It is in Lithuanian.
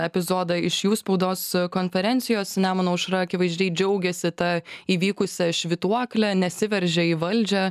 epizodą iš jų spaudos konferencijos nemuno aušra akivaizdžiai džiaugėsi ta įvykusia švytuokle nesiveržia į valdžią